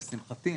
לשמחתי.